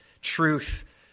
truth